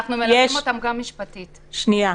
יש את